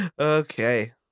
Okay